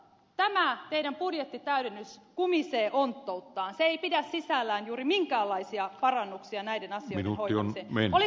mutta tämä teidän budjettitäydennyksenne kumisee onttouttaan se ei pidä sisällään juuri minkäänlaisia parannuksia näiden asioiden hoitamiseen